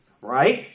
right